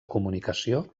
comunicació